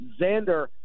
Xander